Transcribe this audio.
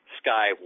sky